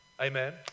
Amen